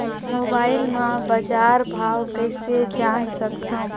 Mobile म बजार भाव कइसे जान सकथव?